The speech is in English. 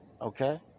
Okay